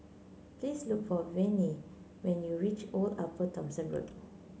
please look for Vinie when you reach Old Upper Thomson Road